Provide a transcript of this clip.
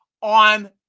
on